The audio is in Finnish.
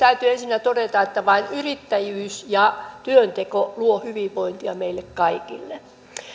täytyy ensinnä todeta että vain yrittäjyys ja työnteko luovat hyvinvointia meille kaikille